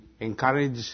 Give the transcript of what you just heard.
encourage